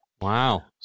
Wow